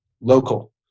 local